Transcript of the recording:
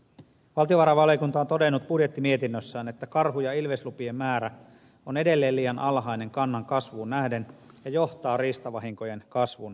valtiovarainvaliokunta on todennut budjettimietinnössään että karhu ja ilveslupien määrä on edelleen liian alhainen kannan kasvuun nähden ja johtaa riistavahinkojen kasvun jatkumiseen